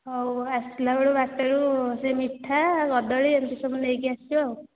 ହଉ ଆସିଲା ବେଳୁ ବାଟରୁ ସେ ମିଠା କଦଳୀ ଏମିତି ସବୁ ନେଇକି ଆସିବ ଆଉ